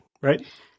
right